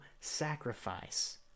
sacrifice